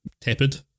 tepid